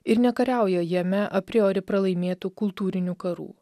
ir nekariauja jame apriori pralaimėtų kultūrinių karų